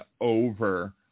over